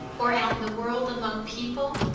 or out in the world among people?